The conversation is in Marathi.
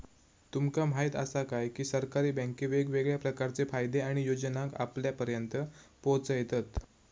तुमका म्हायत आसा काय, की सरकारी बँके वेगवेगळ्या प्रकारचे फायदे आणि योजनांका आपल्यापर्यात पोचयतत